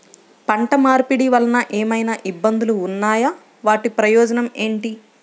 పంట మార్పిడి వలన ఏమయినా ఇబ్బందులు ఉన్నాయా వాటి ప్రయోజనం ఏంటి?